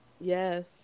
Yes